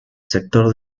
sector